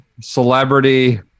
celebrity